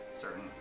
certain